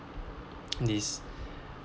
this